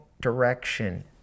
direction